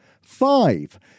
Five